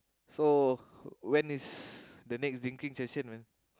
so when is the next drinking session man